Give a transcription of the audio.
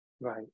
Right